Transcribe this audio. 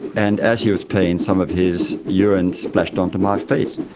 and as he was peeing some of his urine splashed onto my feet,